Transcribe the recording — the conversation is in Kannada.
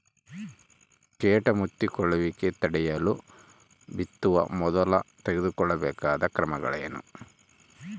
ಕೇಟ ಮುತ್ತಿಕೊಳ್ಳುವಿಕೆ ತಡೆಯಲು ಬಿತ್ತುವ ಮೊದಲು ತೆಗೆದುಕೊಳ್ಳಬೇಕಾದ ಕ್ರಮಗಳೇನು?